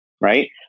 right